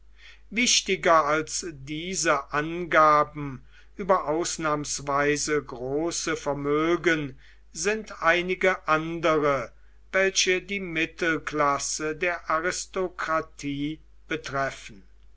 wichtiger als diese angaben über ausnahmsweise große vermögen sind einige andere welche die mittelklasse der aristokratie betreffen